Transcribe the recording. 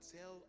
tell